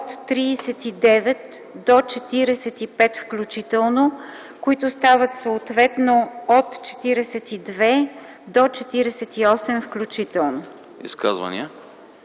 от 39 до 45 включително, които стават съответно от 42 до 48 включително. ПРЕДСЕДАТЕЛ